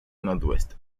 northwest